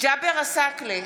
ג'אבר עסאקלה,